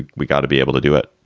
and we got to be able to do it.